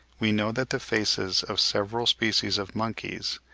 we know that the faces of several species of monkeys,